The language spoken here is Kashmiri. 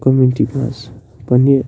کوٚمِنِٹی منٛز پنٛنہِ